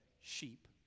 sheep